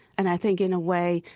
and i think, in a way,